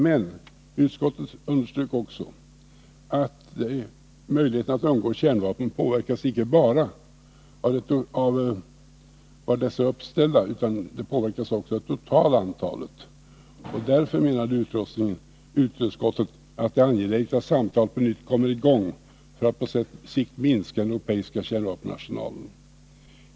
Men utskottet underströk också att möjligheten att undgå kärnvapenanfall icke bara påverkas av var kärnvapnen är uppställda, utan också av det totala antalet kärnvapen. Det är därför angeläget, menade utskottet, att samtal på nytt kommer i gång för att på sikt minska den europeiska kärnvapenarsenalen.